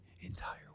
entire